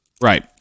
Right